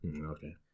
Okay